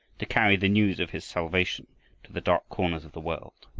to carry the news of his salvation to the dark corners of the world.